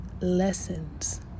lessons